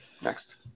Next